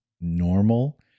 normal